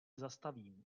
zastavím